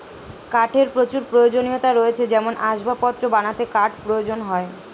কাঠের প্রচুর প্রয়োজনীয়তা রয়েছে যেমন আসবাবপত্র বানাতে কাঠ প্রয়োজন হয়